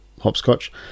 Hopscotch